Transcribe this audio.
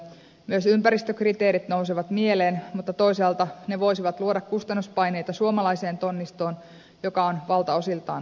myös ympäristökriteerit nousevat mieleen mutta toisaalta ne voisivat luoda kustannuspaineita suomalaiseen tonnistoon joka on valtaosiltaan aika vanhaa